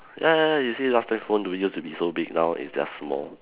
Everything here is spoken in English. ya ya ya you see last time phone be used to be so big now it's just small